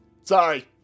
sorry